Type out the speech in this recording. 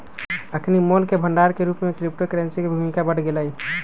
अखनि मोल के भंडार के रूप में क्रिप्टो करेंसी के भूमिका बढ़ गेलइ